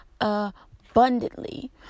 abundantly